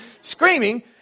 screaming